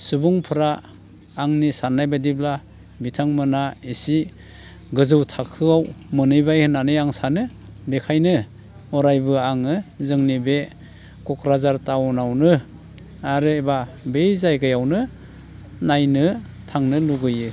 सुबुंफ्रा आंनि साननाय बायदिब्ला बिथांमोना इसे गोजौ थाखोआव मोनहैबाय होननानै आं सानो बेखायनो अरायबो आङो जोंनि बे क'क्राझार टाउनावनो आरो एबा बे जायगायावनो नायनो थांनो लुबैयो